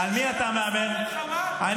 הסתה נגד ראש הממשלה בזמן מלחמה ואין מילה.